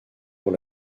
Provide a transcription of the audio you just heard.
pour